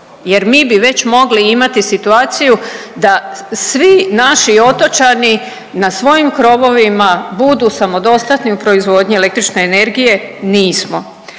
jer mi bi već mogli imati situaciju da svi naši otočani na svojim krovovima budu samodostatni u proizvodnji električne energije, nismo.